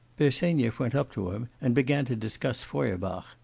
bersenyev went up to him and began to discuss feuerbach.